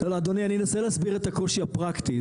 לא אדוני אני אנסה להסביר את הקושי הפרקטי,